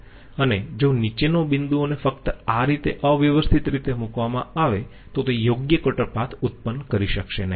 અને જો નીચેનો બિંદુઓને ફક્ત આ રીતે અવ્યવસ્થિત રીતે મૂકવામાં આવે તો તે યોગ્ય કટર પાથ ઉત્પન્ન કરી શકશે નહીં